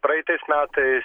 praeitais metais